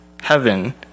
heaven